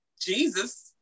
Jesus